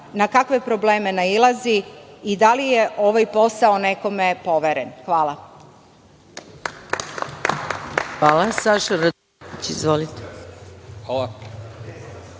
na kakve problem nailazi i da li je ovaj posao nekome poveren? Hvala.